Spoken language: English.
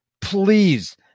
please